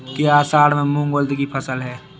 क्या असड़ में मूंग उर्द कि फसल है?